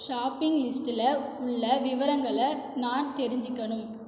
shopping லிஸ்ட்டில் உள்ள விவரங்களை நான் தெரிஞ்சிக்கணும்